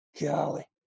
golly